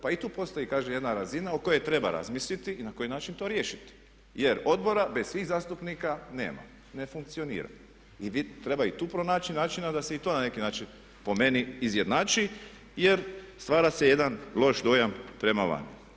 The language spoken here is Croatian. Pa i tu postoji kažem jedna razina o kojoj treba razmisliti i na koji način to riješiti jer Odbora bez svih zastupnika nema i ne funkcionira i treba i tu pronaći načina da se i to na neki način po meni izjednači jer stvara se jedan loš dojam prema vani.